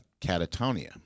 catatonia